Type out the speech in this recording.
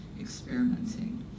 experimenting